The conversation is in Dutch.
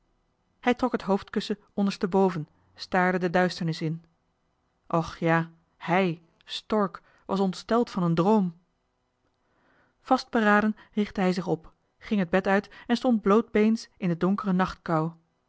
hij trok het hoofdkussen onderstboven staarde de duisternis in och ja hij stork was ontsteld van een droom vastberaden richtte hij zich op ging het bed uit en stond blootbeens in de donkere nachtkou